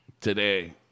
Today